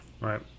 Right